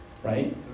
Right